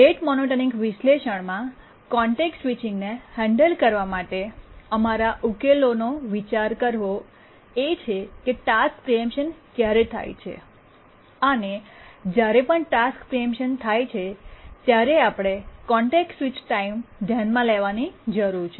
rate monotonic વિશ્લેષણમાં context switch ને handle કરવા માટે અમારા ઉકેલોનો વિચાર કરવો એ છે કે ટાસ્ક પ્રીમ્પિશન ક્યારે થાય છે અને જ્યારે પણ ટાસ્ક પ્રિમીપ્શન થાય છે ત્યારે આપણે કોન્ટેક્સ્ટ સ્વિચ ટાઇમ ધ્યાનમાં લેવાની જરૂર છે